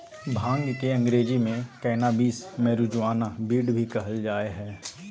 भांग के अंग्रेज़ी में कैनाबीस, मैरिजुआना, वीड भी कहल जा हइ